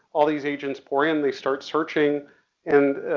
all these agents pour in, they start searching and